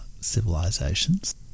civilizations